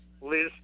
Liz